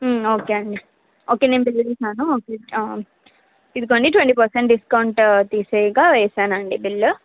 okay అండి okay నేను bill చేస్తాను ఇదిగోండి ట్వంటీ పర్సెంట్ డిస్కౌంట్ తీసివేయగా వేసానండి బిల్లు